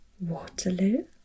Waterloo